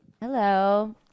Hello